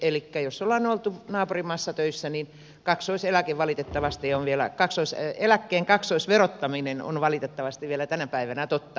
elikkä jos on oltu naapurimaassa töissä niin kaksoiseläke valitettavasti on vielä kaksoisö eläkkeen kaksoisverottaminen on valitettavasti vielä tänä päivänä totta